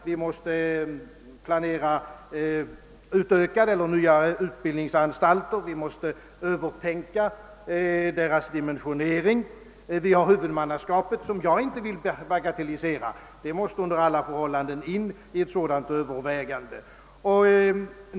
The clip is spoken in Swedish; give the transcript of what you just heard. Vi måste utöka och bygga nya utbildningsanstalter samt övertänka deras dimensionering, och vi har frågan om huvudmannaskapet, som jag inte vill bagatellisera. Den saken måste under alla förhållanden in i ett sådant övervägande.